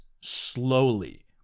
slowly